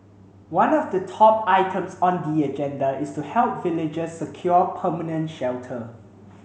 one of the top items on the agenda is to help villagers secure permanent shelter